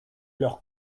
leurs